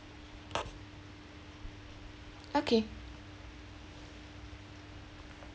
okay